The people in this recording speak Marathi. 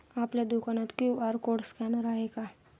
आपल्या दुकानात क्यू.आर कोड स्कॅनर आहे का?